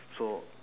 so